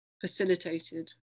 facilitated